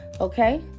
okay